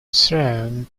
throne